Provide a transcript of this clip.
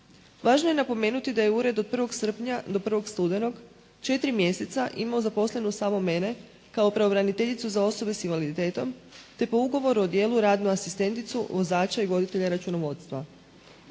Važno je napomenuti da je ured od 1. srpnja do 1. studenog četiri mjeseca imao zaposlenu samo mene, kao pravobraniteljicu za osobe sa invaliditetom, te po ugovoru o djelu radnu asistenticu, vozača i voditelja računovodstva.